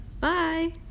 bye